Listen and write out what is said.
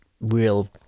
real